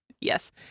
Yes